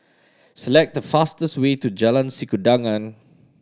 select the fastest way to Jalan Sikudangan